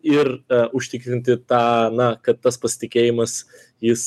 ir užtikrinti tą na kad tas pasitikėjimas jis